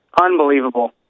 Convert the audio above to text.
Unbelievable